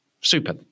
Super